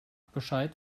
bescheid